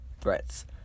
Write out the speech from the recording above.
threats